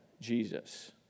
Jesus